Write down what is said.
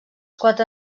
quatre